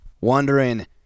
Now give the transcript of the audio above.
wondering